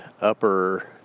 upper